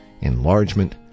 enlargement